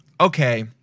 okay